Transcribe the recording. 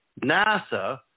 NASA